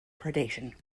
predation